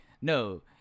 no